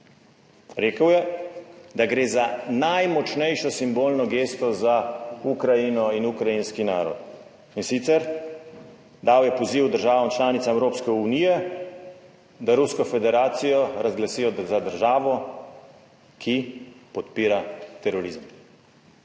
Rekel je, da gre za najmočnejšo simbolno gesto za Ukrajino in ukrajinski narod in sicer, dal je poziv državam članicam Evropske unije, da Rusko federacijo razglasijo za državo, ki podpira terorizem.